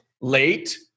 late